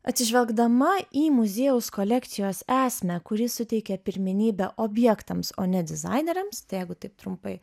atsižvelgdama į muziejaus kolekcijos esmę kuri suteikia pirmenybę objektams o ne dizaineriams tai jeigu taip trumpai